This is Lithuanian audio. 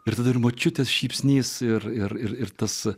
ir tada ir močiutės šypsnys ir ir ir tas